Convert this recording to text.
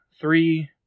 three